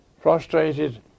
frustrated